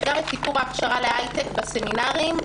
גם את סיפור ההכשרה להייטק בסמינרים.